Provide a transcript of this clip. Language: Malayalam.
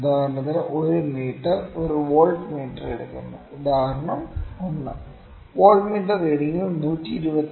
ഉദാഹരണത്തിന് ഒരു മീറ്റർ ഒരു വോൾട്ട്മീറ്റർ എടുക്കുന്നു എങ്കിൽ ഉദാഹരണം 1 വോൾട്ട്മീറ്റർ റീഡിങ് 127